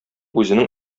үзенең